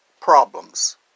problems